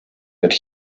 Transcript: that